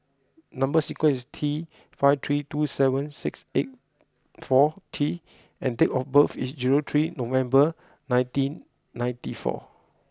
number sequence is T five three two seven six eight four T and date of birth is zero three November nineteen ninety four